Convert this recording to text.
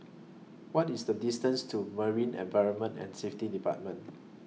What IS The distance to Marine Environment and Safety department